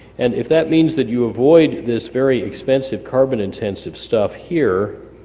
and if that means that you avoid this very expensive carbon intensive stuff here